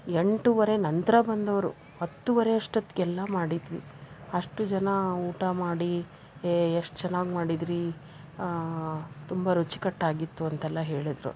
ಎಂಟೂವರೆ ನಂತರ ಬಂದವರು ಹತ್ತೂವರೆ ಅಷ್ಟೊತ್ತಿಗೆಲ್ಲ ಮಾಡಿದ್ವಿ ಅಷ್ಟು ಜನ ಊಟ ಮಾಡಿ ಏಯ್ ಎಷ್ಟು ಚೆನ್ನಾಗಿ ಮಾಡಿದಿರಿ ತುಂಬ ರುಚಿಕಟ್ಟಾಗಿತ್ತು ಅಂತೆಲ್ಲ ಹೇಳಿದರು